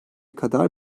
kadar